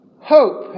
hope